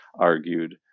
argued